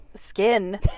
skin